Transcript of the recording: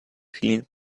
cleaned